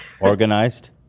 Organized